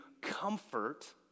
comfort